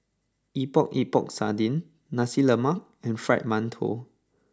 Epok Epok Sardin Nasi Lemak and Fried Mantou